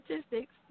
statistics